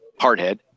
Hardhead